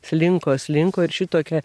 slinko slinko ir šitokia